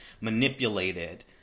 manipulated